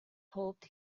hoped